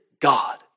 God